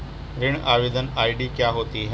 ऋण आवेदन आई.डी क्या होती है?